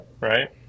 right